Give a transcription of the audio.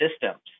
systems